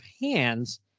hands